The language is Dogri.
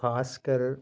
खासकर